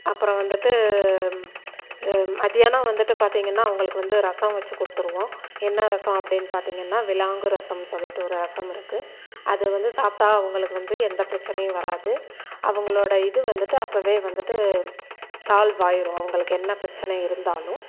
அப்புறம் வந்துட்டு மதியானம் வந்துட்டு பார்த்திங்கன்னா அவங்களுக்கு வந்து ரசம் வச்சு கொடுத்துருவோம் என்ன ரசம் அப்படின்னு பார்த்திங்கன்னா விலாங்கு ரசம்னு சொல்லிட்டு ஒரு ரசம் இருக்குது அதை வந்து சாப்பிட்டா அவங்களுக்கு வந்து எந்த பிரச்சனையும் வராது அவங்களோட இது வந்துட்டு அப்பவே வந்துட்டு சால்வ் ஆகிரும் அவங்களுக்கு என்ன பிரச்சனை இருந்தாலும்